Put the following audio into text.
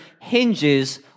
hinges